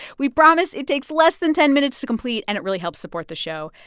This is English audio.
we promise it takes less than ten minutes to complete, and it really helps support the show.